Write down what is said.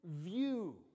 view